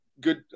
good